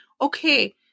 okay